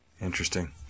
Interesting